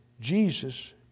Jesus